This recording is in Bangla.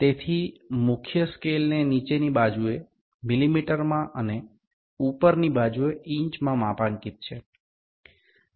সুতরাং মূল স্কেলটি নীচের দিকে মিলিমিটার এবং উপরের দিকে ইঞ্চিতে দাগ কাটা থাকে